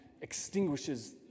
extinguishes